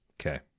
okay